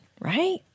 right